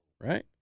Right